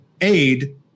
aid